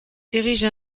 dirige